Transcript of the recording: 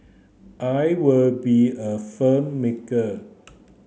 I would be a filmmaker